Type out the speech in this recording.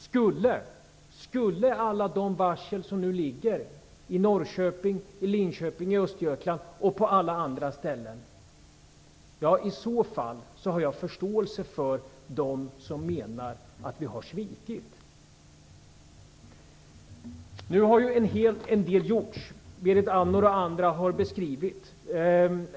Skulle alla de varsel som nu ligger - i Norrköping, i Linköping, i Östergötland och på alla andra ställen - leda till uppsägningar, ja i så fall har jag förståelse för dem som menar att vi har svikit. Nu har en hel del gjorts. Berit Andnor och andra har gett en beskrivning.